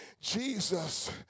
Jesus